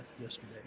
yesterday